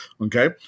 okay